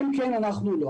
הם כן ואנחנו לא.